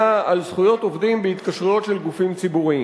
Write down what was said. על זכויות עובדים בהתקשרויות של גופים ציבוריים,